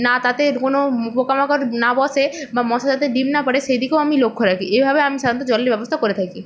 না তাতে কোনো পোকা মাকড় না বসে বা মশা যাতে ডিম না পাড়ে সেই দিকেও আমি লক্ষ্য রাখি এভাবে আমি সাধারণত জলের ব্যবস্থা করে থাকি